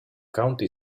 county